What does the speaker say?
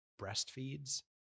breastfeeds